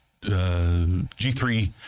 G3